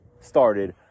started